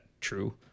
true